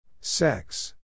Sex